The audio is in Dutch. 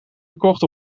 gekocht